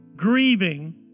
Grieving